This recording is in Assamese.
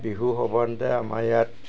বিহু সৰ্বসাধাৰণতে আমাৰ ইয়াত